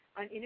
on